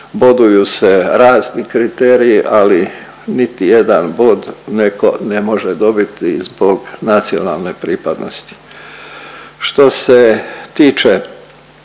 boduju se razni kriteriji, ali niti jedan bod neko ne može dobiti zbog nacionalne pripadnosti. Što se tiče